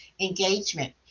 engagement